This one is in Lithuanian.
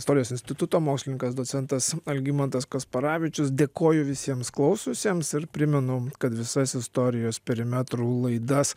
istorijos instituto mokslininkas docentas algimantas kasparavičius dėkoju visiems klausiusiems ir primenu kad visas istorijos perimetrų laidas